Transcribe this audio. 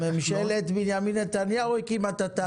ממשלת בנימין נתניהו הקימה את התאגיד.